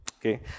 okay